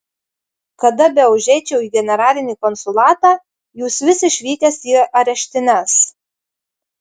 kada beužeičiau į generalinį konsulatą jūs vis išvykęs į areštines